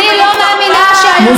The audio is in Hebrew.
אני לא מאמינה שהיום הזה יבוא.